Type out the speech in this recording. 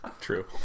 True